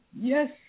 Yes